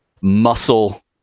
muscle